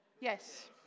Yes